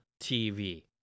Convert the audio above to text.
TV